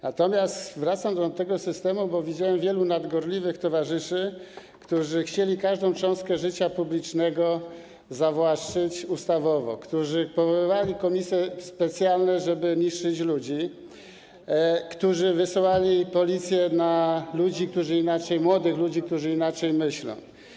Natomiast wracam do tego systemu, bo widziałem wielu nadgorliwych towarzyszy, którzy chcieli każdą cząstkę życia publicznego zawłaszczyć ustawowo, którzy powoływali komisje specjalne, żeby niszczyć ludzi, którzy wysyłali policję na ludzi, młodych ludzi, którzy inaczej myśleli.